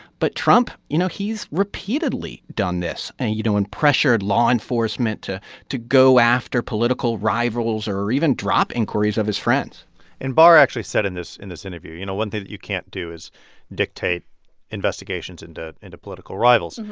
but trump, you know, he's repeatedly done this and, you know, pressured law enforcement to to go after political rivals or or even drop inquiries of his friends and barr actually said in this in this interview, you know, one thing that you can't do is dictate investigations into into political rivals. and